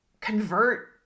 convert